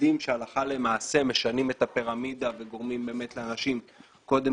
צעדים שהלכה למעשה משנים את הפירמידה וגורמים באמת לאנשים קודם